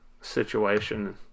situation